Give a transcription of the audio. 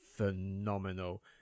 Phenomenal